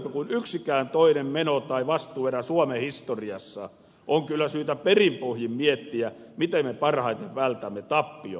kun vastuun määrä on suurempi kuin yksikään toinen meno tai vastuuerä suomen historiassa on kyllä syytä perin pohjin miettiä miten me parhaiten vältämme tappion vaaran